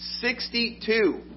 Sixty-two